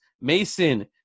Mason